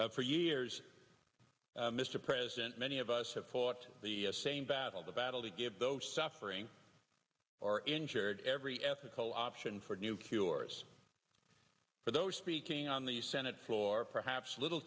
for years mr president many of us have fought the same battle the battle to give those suffering or injured every ethical option for new cures for those speaking on the senate floor perhaps little